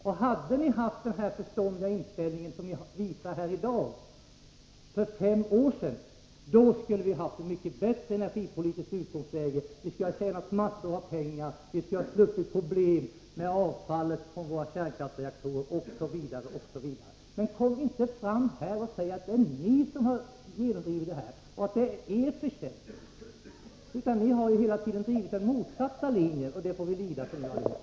Om ni för fem år sedan hade haft den förståndiga inställning som ni visar här i dag, skulle vi ha haft ett mycket bättre energipolitiskt utgångsläge. Vi skulle ha tjänat massor av pengar, vi skulle ha sluppit problem med avfall från kärnkraftsreaktorerna osv. Kom inte här och säg att det är ni som genomdrivit de positiva åtgärder som vidtagits. Ni har ju hela tiden drivit den motsatta linjen, och det får vi lida för allihop.